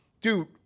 dude